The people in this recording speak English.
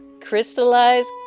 Crystallized